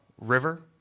River